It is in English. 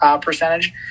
percentage